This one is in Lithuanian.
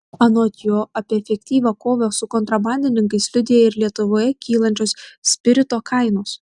anot jo apie efektyvią kovą su kontrabandininkais liudija ir lietuvoje kylančios spirito kainos